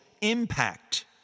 impact